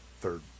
third